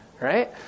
right